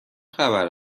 خبر